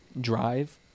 Drive